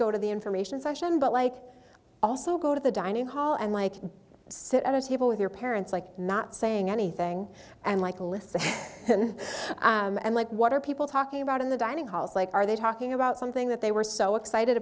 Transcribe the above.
go to the information session but like also go to the dining hall and like sit at a table with your parents like not saying anything and like listen and like what are people talking about in the dining halls like are they talking about something that they were so excited